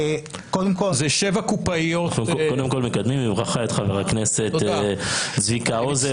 אנחנו קודם כל מקדמים בברכה את חבר הכנסת צביקה האוזר.